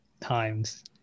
times